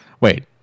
Wait